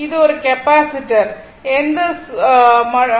இது ஒரு கெப்பாசிட்டர் மட்டுமே